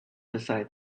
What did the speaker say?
decide